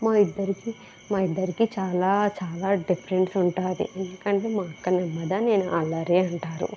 మా ఇద్దరికి మా ఇద్దరికి చాలా చాలా డిఫరెన్స్ ఉంటుం ది ఎందుకంటే మా అక్క నెమ్మది నేను అల్లరి అంటారు